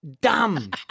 dumb